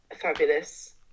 fabulous